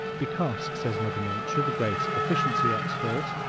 because, says mother nature, the great efficiency expert,